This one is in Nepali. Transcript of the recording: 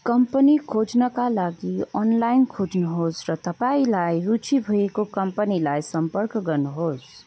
कम्पनी खोज्नका लागि अनलाइन खोज्नुहोस् र तपाईँलाई रुचि भएको कम्पनीलाई सम्पर्क गर्नुहोस्